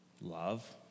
Love